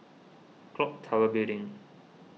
Clock Tower Building